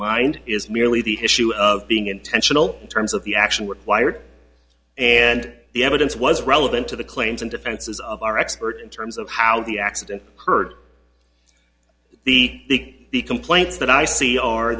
mind is merely the his shoe of being intentional in terms of the action required and the evidence was relevant to the claims and defenses of our expert in terms of how the accident occurred the big the complaints that i see are